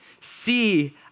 See